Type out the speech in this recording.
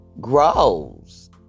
grows